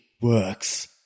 works